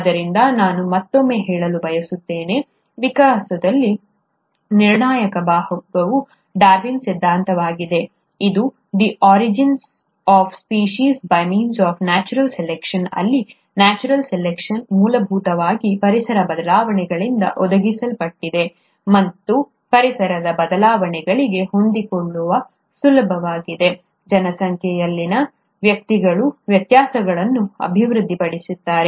ಆದ್ದರಿಂದ ನಾನು ಮತ್ತೊಮ್ಮೆ ಹೇಳಲು ಬಯಸುತ್ತೇನೆ ವಿಕಾಸದಲ್ಲಿ ನಿರ್ಣಾಯಕ ಭಾಗವು ಡಾರ್ವಿನ್ ಸಿದ್ಧಾಂತವಾಗಿದೆ ಇದು the origin of species by means of natural selection ಅಲ್ಲಿ ನ್ಯಾಚುರಲ್ ಸೆಲೆಕ್ಷನ್ ಮೂಲಭೂತವಾಗಿ ಪರಿಸರ ಬದಲಾವಣೆಗಳಿಂದ ಒದಗಿಸಲ್ಪಟ್ಟಿದೆ ಮತ್ತು ಪರಿಸರದ ಬದಲಾವಣೆಗಳಿಗೆ ಹೊಂದಿಕೊಳ್ಳುವ ಸಲುವಾಗಿ ಜನಸಂಖ್ಯೆಯಲ್ಲಿನ ವ್ಯಕ್ತಿಗಳು ವ್ಯತ್ಯಾಸಗಳನ್ನು ಅಭಿವೃದ್ಧಿಪಡಿಸುತ್ತಾರೆ